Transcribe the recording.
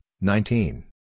nineteen